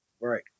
Right